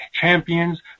champions